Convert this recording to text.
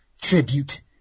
tribute